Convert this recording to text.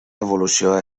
evolució